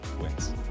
wins